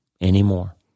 anymore